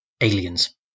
Aliens